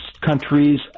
countries